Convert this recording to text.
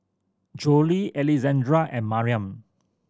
Jolie Alexandra and Mariam